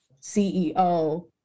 ceo